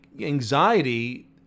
Anxiety